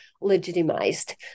legitimized